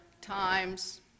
times